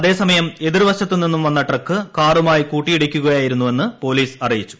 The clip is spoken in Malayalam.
അതേസമയം എതിർവശത്തു നിന്നും വന്ന ട്രക്ക് കാറുമായി കൂട്ടിയിടിക്കുകയായിരുന്നു വെന്ന് പോലീസ് അറിയിച്ചു